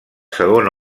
segon